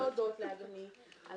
אנחנו מבקשים מאוד להודות לאדוני על